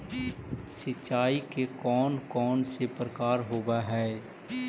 सिंचाई के कौन कौन से प्रकार होब्है?